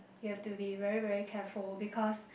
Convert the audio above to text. you have to be very very careful because